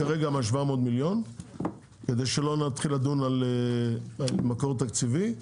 כרגע מה-700 מיליון כדי שלא נתחיל לדון על מקור תקציבי,